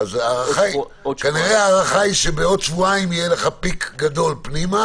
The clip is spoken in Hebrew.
כנראה ההערכה היא שבעוד שבועיים יהיה לך פיק גדול פנימה